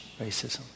racism